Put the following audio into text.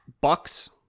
Bucks